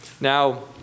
Now